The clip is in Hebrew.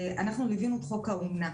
אנחנו ליווינו את חוק האומנה,